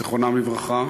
זיכרונם לברכה,